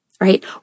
right